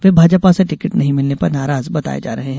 वे भाजपा से टिकट नहीं मिलने पर नाराज बताये जा रहे हैं